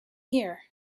here